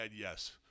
yes